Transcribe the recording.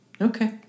okay